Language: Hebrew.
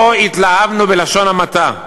לא התלהבנו, בלשון המעטה,